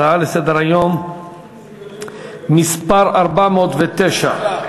הצעה לסדר-היום מס' 409,